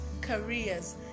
careers